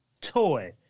Toy